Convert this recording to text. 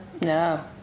no